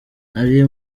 nari